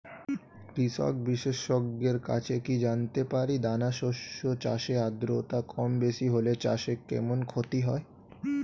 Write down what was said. কৃষক বিশেষজ্ঞের কাছে কি জানতে পারি দানা শস্য চাষে আদ্রতা কমবেশি হলে চাষে কেমন ক্ষতি হয়?